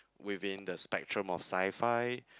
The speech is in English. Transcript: within the spectrum of sci-fi